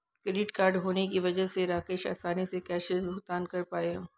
credit card होने की वजह से राकेश आसानी से कैशलैस भुगतान कर पाया